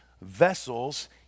vessels